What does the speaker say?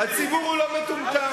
הציבור הוא לא מטומטם.